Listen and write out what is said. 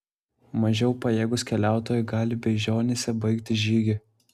mažiau pajėgūs keliautojai gali beižionyse baigti žygį